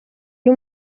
iyo